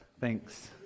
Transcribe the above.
Thanks